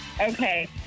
Okay